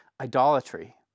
idolatry